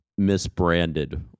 misbranded